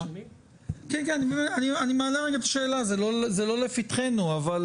זה לא לפתחנו אבל